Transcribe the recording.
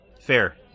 Fair